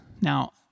now